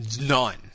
None